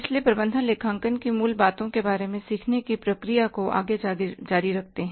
इसलिए प्रबंधन लेखांकन की मूल बातों के बारे में सीखने की प्रक्रिया को आगे जारी रखते हैं